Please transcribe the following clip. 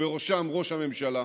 ובראשם ראש הממשלה,